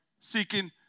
seeking